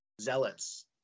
zealots